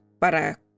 para